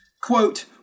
quote